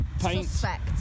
suspect